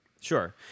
Sure